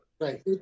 Right